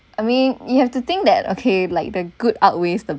I mean you have to think that okay like the good outweighs the